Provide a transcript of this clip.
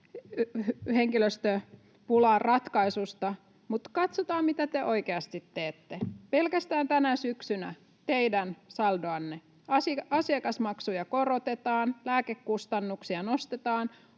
henkilöstöpulaan, mutta katsotaan, mitä te oikeasti teette. Pelkästään tänä syksynä teidän saldonne: asiakasmaksuja korotetaan, lääkekustannuksia nostetaan,